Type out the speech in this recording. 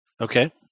okay